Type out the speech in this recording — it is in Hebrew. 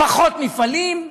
פחות מפעלים?